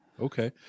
Okay